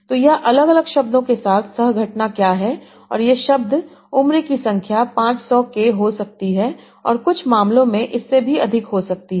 तो यह अलग अलग शब्दों के साथ सह घटना क्या है और ये शब्द उम्र की संख्या 500 k हो सकती है और कुछ मामलों में इससे भी अधिक हो सकती है